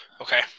Okay